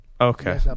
Okay